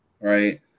right